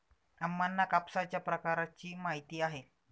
अम्मांना कापसाच्या प्रकारांची माहिती आहे